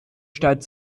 stadt